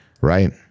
right